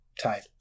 type